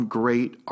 great